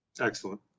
Excellent